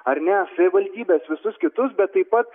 ar ne savivaldybes visus kitus bet taip pat